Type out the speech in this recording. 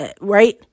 right